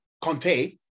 Conte